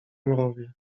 mrowie